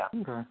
Okay